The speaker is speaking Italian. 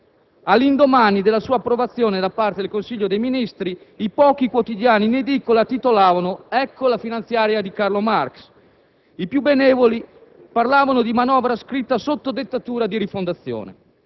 All'indomani della sua approvazione da parte del Consiglio dei ministri, i pochi quotidiani in edicola titolavano: «Ecco la finanziaria di Carlo Marx». I più benevoli parlavano di «manovra scritta sotto dettatura» di Rifondazione.